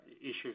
issues